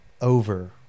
over